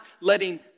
letting